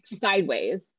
sideways